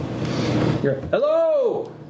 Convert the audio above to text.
Hello